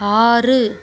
ஆறு